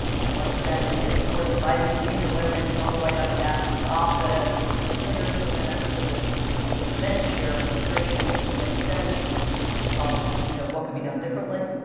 the enlightened guy that he is, of course, invited senior women on the white house staff to his office or he had dinners with them so that they could vent, share frustrations, get a sense of you know what could be done differently.